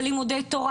של לימודי תורה.